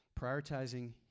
Prioritizing